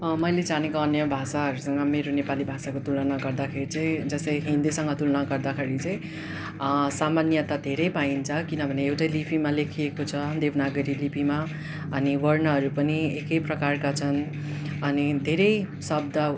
मैले जानेको अन्य भाषाहरूसँग मेरो नेपाली भाषाको तुलना गर्दाखेरि चाहिँ जस्तै हिन्दीसँग तुलना गर्दाखेरि चाहिँ सामान्यता धेरै पाइन्छ किनभने एउटै लिपिमा लेखिएको छ देवनागरी लिपिमा अनि वर्णहरू पनि एकै प्रकारका छन् अनि धेरै शब्द